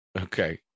okay